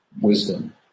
wisdom